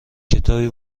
کتابی